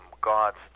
gods